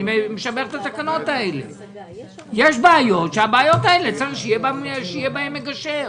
יש בעיות וצריך שיהיה בהן מגשר.